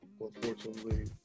unfortunately